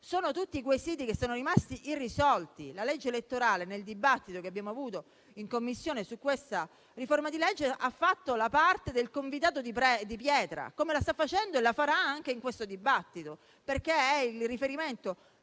Sono tutti quesiti che sono rimasti irrisolti. La legge elettorale nel dibattito che abbiamo svolto in Commissione su questa riforma ha fatto la parte del convitato di pietra, come la sta facendo e la farà anche in questo dibattito, perché è il riferimento